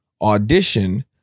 audition